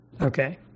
Okay